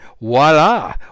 voila